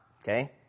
okay